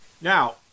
Now